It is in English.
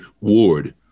ward